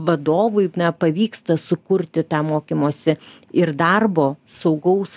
vadovui na pavyksta sukurti tą mokymosi ir darbo saugaus